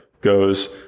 goes